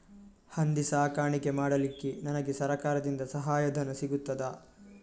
ಹಂದಿ ಸಾಕಾಣಿಕೆ ಮಾಡಲಿಕ್ಕೆ ನನಗೆ ಸರಕಾರದಿಂದ ಸಹಾಯಧನ ಸಿಗುತ್ತದಾ?